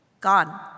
Gone